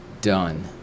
done